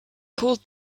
called